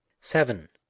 seven